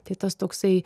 tai tas toksai